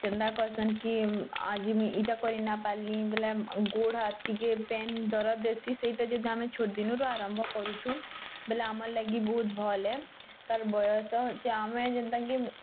ଚିନ୍ତା କରସନ୍ କି ଆଜି ମୁଇଁ ଏଇଟା କରି ନାଇପାରିଲି ବୋଲେ ଗୋଡ଼୍ ହାତ୍ ଟିକେ ପେନ୍ ଦରଜ୍ ଦେସି ସେଇଟା ଯଦି ଆମେ ଛୋଟ୍ ଦିନରୁ ଆମେ ଆରମ୍ଭ କରୁଚୁ ବୋଲେ ଆମର୍ ଲାଗି ବହୁତ୍ ଭଲ୍ ହେ ତାର୍ ବୟସ ହୋଉଚି ଆମେ ଜେନ୍ତା କି